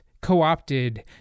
co-opted